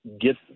get